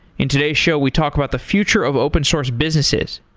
in today show, we talk about the future of open source businesses,